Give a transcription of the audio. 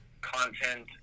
content